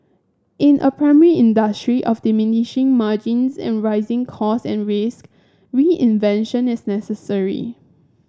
in a primary industry of diminishing margins and rising cost and risk reinvention is necessary